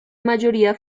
mayoría